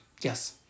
Yes